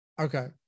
okay